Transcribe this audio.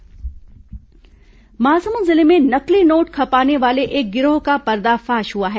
नकली नोट गांजा तस्करी महासमुंद जिले में नकली नोट खपाने वाले एक गिरोह का पर्दाफाश हुआ है